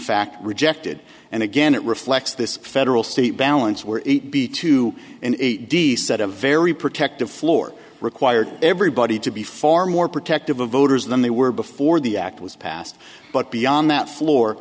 fact rejected and again it reflects this federal state balance where it be too decent a very protective floor required everybody to be far more protective of voters than they were before the act was passed but beyond that floor